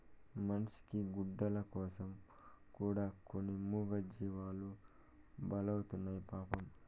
మనిషి గుడ్డల కోసం కూడా కొన్ని మూగజీవాలు బలైతున్నాయి పాపం